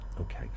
Okay